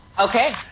Okay